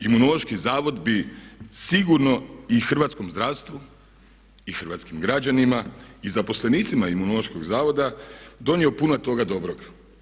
Imunološki zavod bi sigurno i hrvatskom zdravstvu i hrvatskim građanima i zaposlenicima Imunološkog zavoda donio puno toga dobroga.